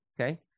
Okay